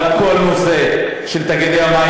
אבל כל הנושא של תאגידי המים,